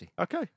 Okay